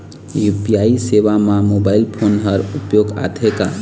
UPI सेवा म mobile phone हर उपयोग आथे का?